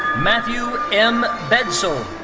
matthew m. bedsole.